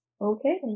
okay